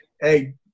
hey